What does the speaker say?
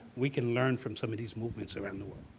we can learn from some of these movements around the world.